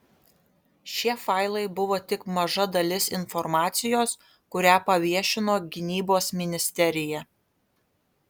šie failai buvo tik maža dalis informacijos kurią paviešino gynybos ministerija